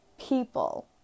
people